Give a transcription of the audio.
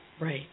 Right